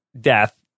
death